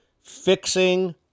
fixing